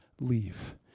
leave